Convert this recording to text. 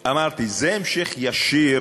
אמרתי: זה המשך ישיר,